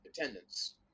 attendance